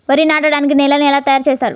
వరి నాటడానికి నేలను ఎలా తయారు చేస్తారు?